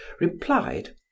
replied